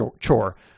chore